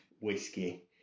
whiskey